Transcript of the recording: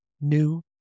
new